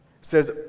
says